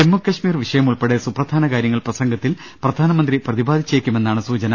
ജമ്മു കശ്മീർ വിഷയ മുൾപ്പെടെ സുപ്രധാന കാര്യങ്ങൾ പ്രസംഗത്തിൽ പ്രധാനമന്ത്രി പ്രതിപാദിച്ചേക്കുമെന്നാണ് സൂചന